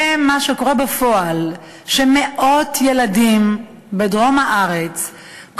ומה שקורה בפועל הוא שמאות ילדים בדרום הארץ,